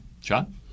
John